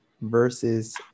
versus